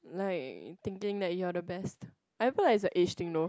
like thinking that you are the best I haven't like a age thing north